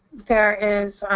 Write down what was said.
there is